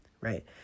right